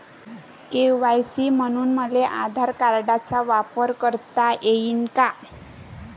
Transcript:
KYC म्हनून मले आधार कार्डाचा वापर करता येईन का?